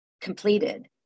completed